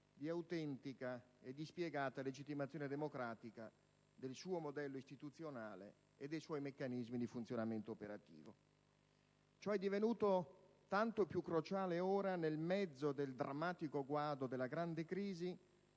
di autentica e dispiegata legittimazione democratica del suo modello istituzionale e dei suoi meccanismi di funzionamento operativo. Ciò è divenuto tanto più cruciale ora, nel mezzo del drammatico guado della "grande crisi",